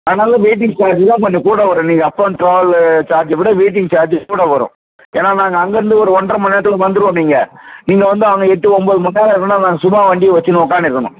அதனால் waiting charge தான் கொஞ்சம் கூட வரும் நீங்கள் அப் அண்ட் ட்ராவலு சார்ஜை விட வெயிட்டிங் சார்ஜு கூட வரும் ஏன்னா நாங்கள் அங்கேருந்து ஒரு ஒன்றரை மணி நேரத்தில் வந்துடுவோம் இங்கே இங்கே வந்து அவங்க எட்டு ஒம்போது மணிநேரம் இருக்கணும்ன்னா நான் சும்மா வண்டியை வெச்சின்னு உக்காந்துருக்கணும்